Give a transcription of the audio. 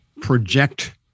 project